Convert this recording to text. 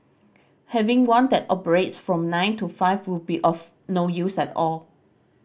having one that operates from nine to five will be of no use at all